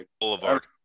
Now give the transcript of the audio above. Boulevard